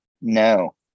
No